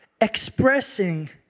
expressing